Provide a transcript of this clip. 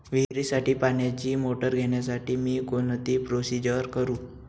विहिरीसाठी पाण्याची मोटर घेण्यासाठी मी कोणती प्रोसिजर करु?